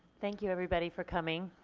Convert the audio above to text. thank you everybody for coming.